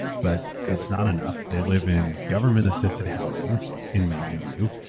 but it's not enough. they live in government-assisted housing in mountain view,